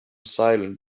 silent